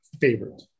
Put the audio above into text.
favorite